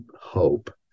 hope